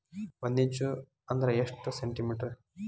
ಒಂದಿಂಚು ಅಂದ್ರ ಎಷ್ಟು ಸೆಂಟಿಮೇಟರ್?